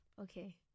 okay